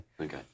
Okay